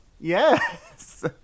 yes